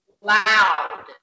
loud